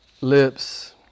lips